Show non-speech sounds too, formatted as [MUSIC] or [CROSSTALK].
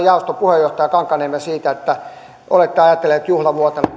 [UNINTELLIGIBLE] jaoston puheenjohtaja kankaanniemeä siitä että olette ajatellut juhlavuotena [UNINTELLIGIBLE]